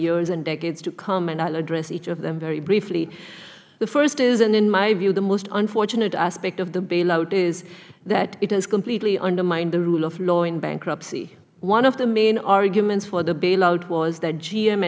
years and decades to come and i will address each of them very briefly the first is and in my view the most unfortunate aspect of the bailout is that it has completely undermined the rule of law in bankruptcy one of the main arguments for the bailout was that g